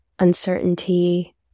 uncertainty